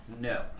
No